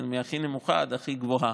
מהכי נמוכה להכי גבוהה,